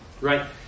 right